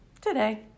today